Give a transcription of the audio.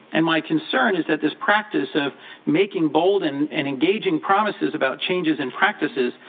and my concern is that this practice of making bold and and engaging promises about changes in practices,